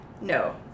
No